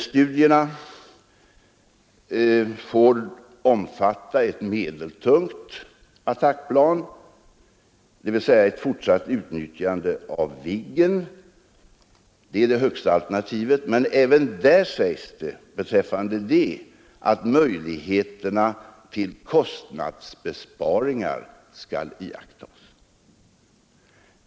Studierna får omfatta ett medeltungt attackplan, dvs. ett fortsatt utnyttjande av Viggen. Det är det högsta alternativet, men även beträffande det sägs det att möjligheterna till kostnadsbesparingar skall iakttas.